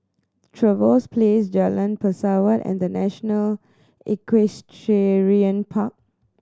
Trevose Place Jalan Pesawat and The National Equestrian Park